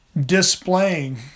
displaying